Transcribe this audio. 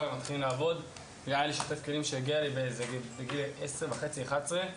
היה לי שוטף כלים שהגיע לעבוד בגיל 10.5 או 11,